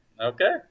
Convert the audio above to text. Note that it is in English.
Okay